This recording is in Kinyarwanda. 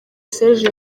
serge